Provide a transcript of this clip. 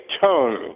tone